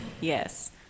Yes